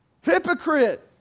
hypocrite